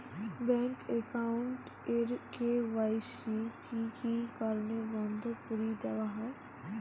Bank account এর KYC কি কি কারণে বন্ধ করি দেওয়া হয়?